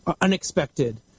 unexpected